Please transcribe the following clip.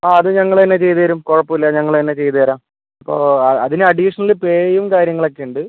ആ അത് ഞങ്ങളെന്നെ ചെയ്ത് തരും കുഴപ്പം ഇല്ല ഞങ്ങൾ തന്നെ ചെയ്ത് തരാം അപ്പം അതിന് അഡീഷണൽ പേയും കാര്യങ്ങളൊക്കെ ഉണ്ട്